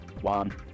One